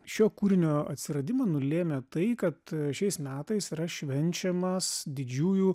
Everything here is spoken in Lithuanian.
šio kūrinio atsiradimą nulėmė tai kad šiais metais yra švenčiamas didžiųjų